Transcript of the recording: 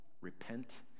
repent